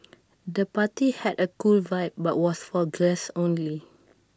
the party had A cool vibe but was for guests only